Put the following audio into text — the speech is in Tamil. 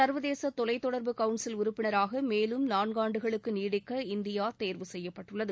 சா்வதேச தொலைதொடா்பு கவுன்சில் உறுப்பினராக மேலும் நான்காண்டுகளுக்கு நீடிக்க இந்தியா தேர்வு செய்யப்பட்டுள்ளது